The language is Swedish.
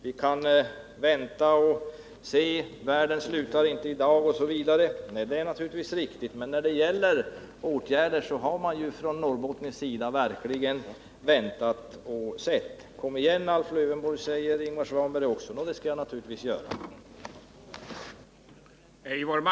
Vänta och se, säger han, världen slutar inte i dag, osv. Det är naturligtvis riktigt, men i Norrbotten har man verkligen väntat och sett. Kom igen, Alf Lövenborg, säger Ingvar Svanberg också. Det skall jag naturligtvis göra.